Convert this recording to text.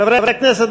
חברי הכנסת,